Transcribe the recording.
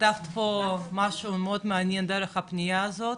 פתחת פה משהו מאוד מעניין דרך הפנייה הזו.